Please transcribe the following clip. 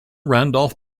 randolph